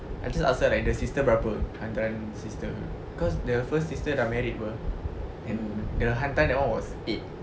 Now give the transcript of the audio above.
I just ask her like the sister berapa hantaran sister cause the first sister dah married [pe] and the hantaran that [one] was eight